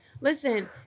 listen